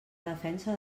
defensa